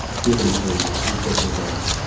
given to the executive arm.